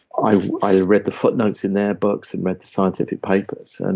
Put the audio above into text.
i i read the footnotes in their books and read the scientific papers, and